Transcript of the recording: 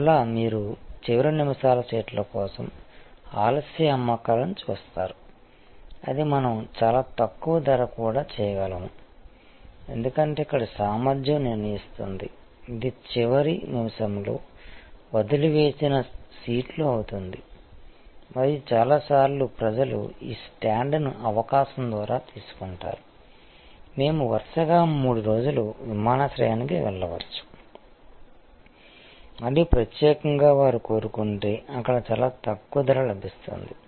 మరలా మీరు చివరి నిమిషాల సీట్ల కోసం ఆలస్య అమ్మకాలను చూస్తారు అది మనం చాలా తక్కువ ధరకు కూడా చేయగలము ఎందుకంటే ఇక్కడ సామర్థ్యం నిర్ణయిస్తుంది ఇది చివరి నిమిషంలో వదిలివేసిన సీట్లు అవుతుంది మరియు చాలా సార్లు ప్రజలు ఈ స్టాండ్ను అవకాశం ద్వారా తీసుకుంటారు మేము వరుసగా 3 రోజులు విమానాశ్రయానికి వెళ్ళవచ్చు మరియు ప్రత్యేకంగా వారు కోరుకుంటే అక్కడ చాలా తక్కువ ధర లభిస్తుంది